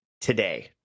today